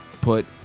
put